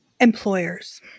Employers